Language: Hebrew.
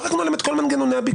פרקנו להם את כל מנגנוני הביקורת.